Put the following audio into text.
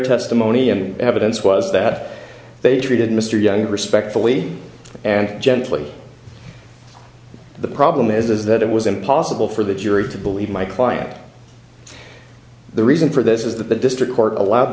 testimony i'm evidence was that they treated mr young respectfully and gently the problem is that it was impossible for the jury to believe my client the reason for this is that the district court allowed